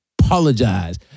apologize